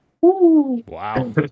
Wow